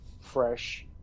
fresh